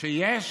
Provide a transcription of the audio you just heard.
שיש